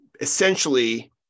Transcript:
essentially